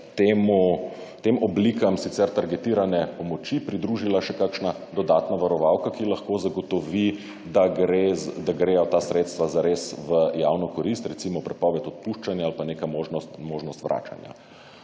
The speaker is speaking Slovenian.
– 15.20** (nadaljevanje) pomoči pridružila še kakšna dodatna varovalka, ki lahko zagotovi, da grejo ta sredstva zares v javno korist, recimo prepoved odpuščanja ali pa neka možnost vračanj.